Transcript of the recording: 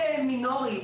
מדינת ישראל או מעסיק אחר,